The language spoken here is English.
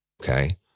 Okay